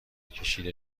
کشیده